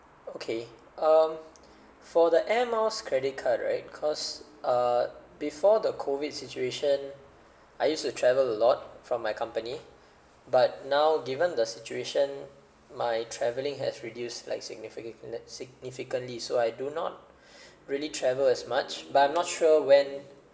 okay um for the air miles credit card right cause uh before the COVID situation I used to travel a lot from my company but now given the situation my traveling has reduced like significant significantly so I do not really travel as much but I'm not sure when